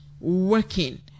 working